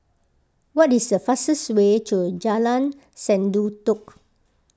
what is the fastest way to Jalan Sendudok